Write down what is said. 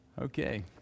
Okay